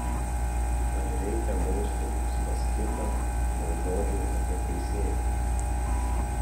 ar reikia bausti uspaskichą dėl žodžių apie teisėjus